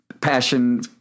passion